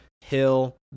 hill